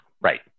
Right